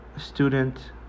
Student